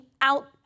out